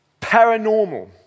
paranormal